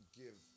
give